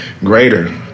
greater